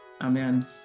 Amen